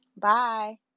Bye